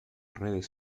redes